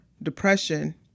depression